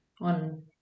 on